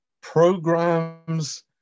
Programs